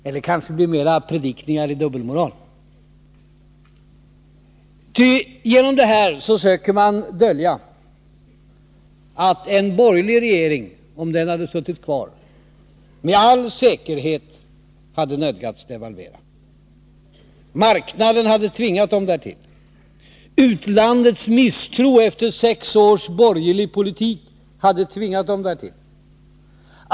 Med sin kritik försöker de borgerliga partierna dölja att en borgerlig regering, om den hade suttit kvar, med all säkerhet också hade nödgats devalvera. Marknaden hade tvingat den därtill. Utlandets misstro efter sex års borgerlig politik hade tvingat den därtill.